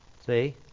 See